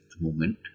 movement